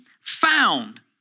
found